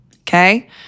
okay